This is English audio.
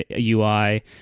UI